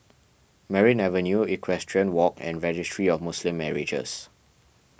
Merryn Avenue Equestrian Walk and Registry of Muslim Marriages